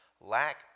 lack